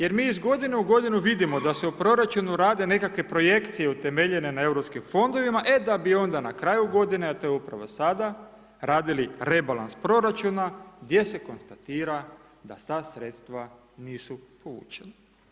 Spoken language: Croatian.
Jer mi iz godine u godinu vidimo da se u proračunu rade nekakve projekcije utemeljene na europskim fondovima, e da bi onda na kraju godine, a to je upravo sada, radili rebalans proračuna gdje se konstatira da te sredstva nisu povučena.